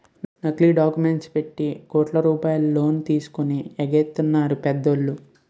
నకిలీ డాక్యుమెంట్లు పెట్టి కోట్ల రూపాయలు లోన్ తీసుకొని ఎగేసెత్తన్నారు పెద్దోళ్ళు